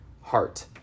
heart